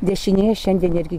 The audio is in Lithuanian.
dešinėje šiandien irgi